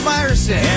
Myerson